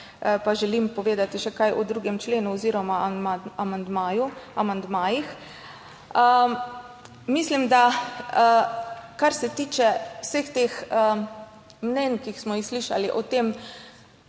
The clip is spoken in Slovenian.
pa želim povedati še kaj o 2. členu oziroma amandmaju, amandmajih. Mislim, da kar se tiče vseh teh mnenj, ki smo jih slišali, o tem,